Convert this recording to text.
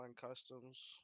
customs